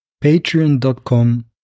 patreon.com